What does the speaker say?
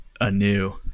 anew